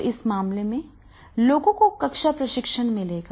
तो इस मामले में लोगों को कक्षा प्रशिक्षण मिलेगा